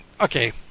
okay